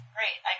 Great